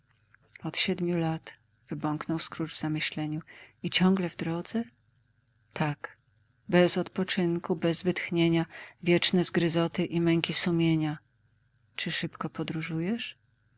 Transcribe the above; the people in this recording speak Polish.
od siedmiu lat wybąknął scrooge w zamyśleniu i ciągle w drodze tak bez odpoczynku bez wytchnienia wieczne zgryzoty i męki sumienia czy szybko podróżujesz na